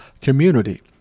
community